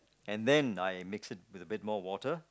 and then I mix it with a bit more water